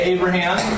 Abraham